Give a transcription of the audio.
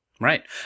Right